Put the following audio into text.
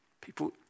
People